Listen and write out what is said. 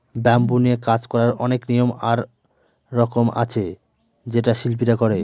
bamboo নিয়ে কাজ করার অনেক নিয়ম আর রকম আছে যেটা শিল্পীরা করে